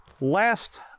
last